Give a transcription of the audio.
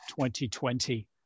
2020